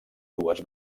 dues